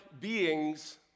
beings